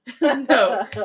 no